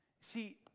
See